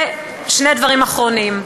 שני דברים אחרונים.